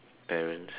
parents